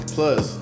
Plus